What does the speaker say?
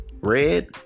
red